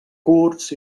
curts